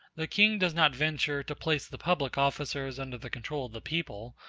the king does not venture to place the public officers under the control of the people,